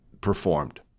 performed